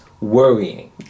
worrying